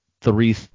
three